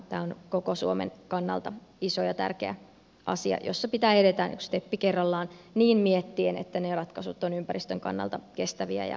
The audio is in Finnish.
tämä on koko suomen kannalta iso ja tärkeä asia jossa pitää edetä yksi steppi kerrallaan niin miettien että ne ratkaisut ovat ympäristön kannalta kestäviä ja järkeviä